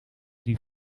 die